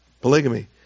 polygamy